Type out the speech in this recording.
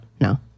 No